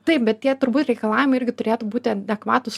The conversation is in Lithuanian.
taip bet tie turbūt reikalavimai irgi turėtų būti adekvatūs